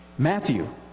Matthew